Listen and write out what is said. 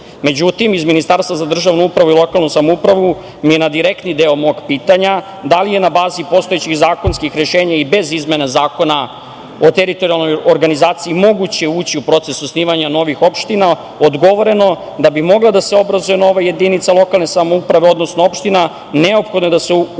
selu.Međutim, iz Ministarstva za državnu upravu i lokalnu samoupravu mi je na direktni deo mog pitanja – da li je na bazi postojećih zakonskih rešenja i bez izmena zakona o teritorijalnoj organizaciji moguće ući u proces osnivanja novih opština, odgovoreno da bi mogla da se obrazuje nova jedinica lokalne samouprave, odnosno opština, neophodno je da se utvrdi